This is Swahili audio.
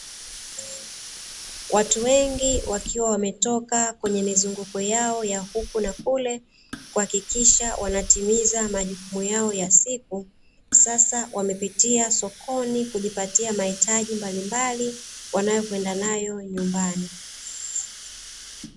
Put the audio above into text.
Watu wengi wakiwa wametoka kwenye mizunguko yao ya huku na kule, kuhakikisha wametimiza majukumu yao ya siku, sasa wamepitia sokoni kujipatia mahitaji mbalimbali, wanayokwenda nayo nyumbani.